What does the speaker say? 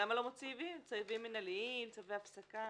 למה לא מוציאים צווים מינהליים, צווי הפסקה?